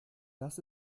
das